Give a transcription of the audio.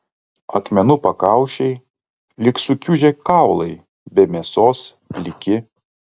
akmenų pakaušiai lyg sukiužę kaulai be mėsos pliki